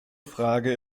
frage